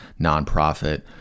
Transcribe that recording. nonprofit